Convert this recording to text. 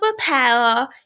superpower